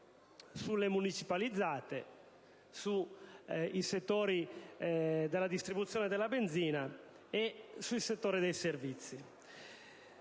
sulle municipalizzate, sui settori della distribuzione e della benzina e sui settori dei servizi.